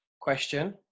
question